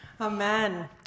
Amen